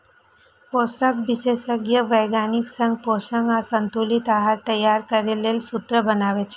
पोषण विशेषज्ञ वैज्ञानिक संग पोषक आ संतुलित आहार तैयार करै लेल सूत्र बनाबै छै